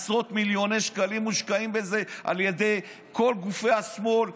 עשרות מיליוני שקלים שהושקעו בזה על ידי כל גופי השמאל,